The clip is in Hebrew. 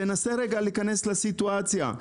תנסה להיכנס לסיטואציה.